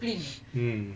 mm